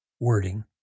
wording